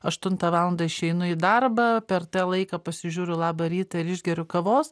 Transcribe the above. aštuntą valandą išeinu į darbą per tą laiką pasižiūriu labą rytą ir išgeriu kavos